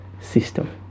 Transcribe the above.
system